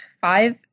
five